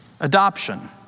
adoption